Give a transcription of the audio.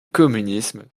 communisme